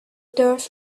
turf